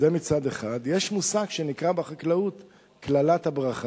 זה מצד אחד, יש מושג שנקרא בחקלאות "קללת הברכה".